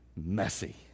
messy